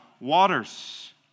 waters